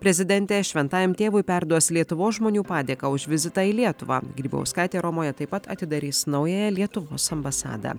prezidentė šventajam tėvui perduos lietuvos žmonių padėką už vizitą į lietuvą grybauskaitė romoje taip pat atidarys naująją lietuvos ambasadą